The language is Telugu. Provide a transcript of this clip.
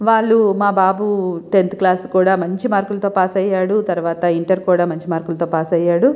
వాళ్ళు మా బాబు టెన్త్ క్లాస్ కూడ మంచి మార్కుల తో పాస్ అయ్యాడు తరువాత ఇంటర్ కూడ మంచి మార్కులతో పాస్ అయ్యాడు